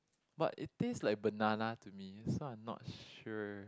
but it taste like banana to me this one I'm not sure